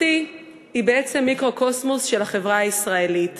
אני חייבת לומר שעם כל השמחה שלי שאתה ברשימת מרצ בכנסת,